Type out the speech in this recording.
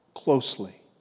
closely